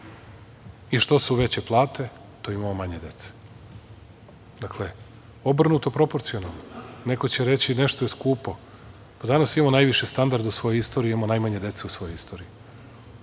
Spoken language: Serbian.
I što su veće plate to imamo manje dece. Dakle, obrnuto proporcijalno, neko će reći nešto je skupo. Danas imamo najviše standarda u svojoj istoriji, imamo najmanje dece u svojoj istoriji,